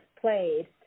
played